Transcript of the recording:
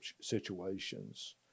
situations